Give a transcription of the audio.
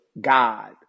God